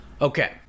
Okay